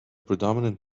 predominant